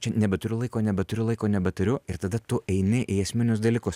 čia nebeturiu laiko nebeturiu laiko nebeturiu ir tada tu eini į esminius dalykus